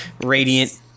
radiant